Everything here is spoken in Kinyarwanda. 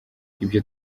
ibyo